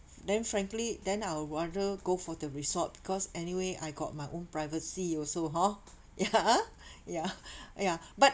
then frankly then I'll rather go for the resort cause anyway I got my own privacy also hor ya ha ya ya but